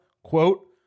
Quote